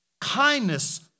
Kindness